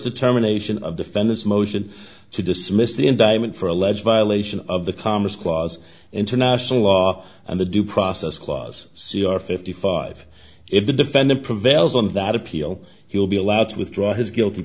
to terminations of defendant's motion to dismiss the indictment for alleged violation of the commerce clause international law and the due process clause c r fifty five if the defendant prevails on that appeal he will be allowed to withdraw his guilty